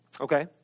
Okay